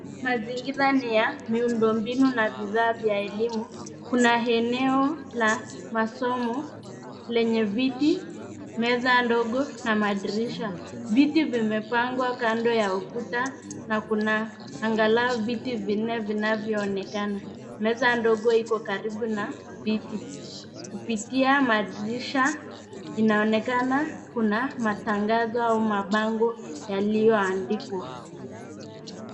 Mazingira ni ya miundo mbinu na bidhaa vya elimu. Kuna eneo la masomo lenye viti, meza ndogo na madirisha. Viti vimepangwa kando ya ukuta na kuna angalau viti vinne vinavyoonekana. Meza ndogo iko karibu na viti. Kupitia madirisha inaonekana kuna matangazo au mabango yaliyoandikwa.